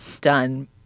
done